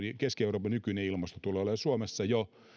keski euroopan nykyinen ilmasto tulee olemaan suomessa jo